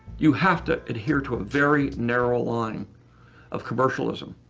you have to adhere to a very narrow line of commercialism.